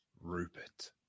Rupert